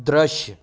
दृश्य